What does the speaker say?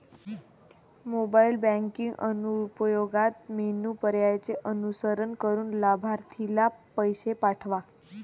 mobile banking अनुप्रयोगात menu पर्यायांचे अनुसरण करून लाभार्थीला पैसे पाठवा